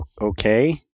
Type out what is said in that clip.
Okay